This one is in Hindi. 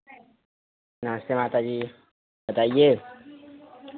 नमस्ते माताजी बताइए